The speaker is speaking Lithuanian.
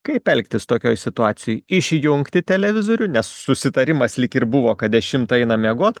kaip elgtis tokioj situacijoj išjungti televizorių nes susitarimas lyg ir buvo kad dešimtą eina miegot